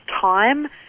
time